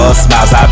smiles